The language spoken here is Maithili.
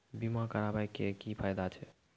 बीमा कराबै के की फायदा छै?